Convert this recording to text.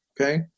Okay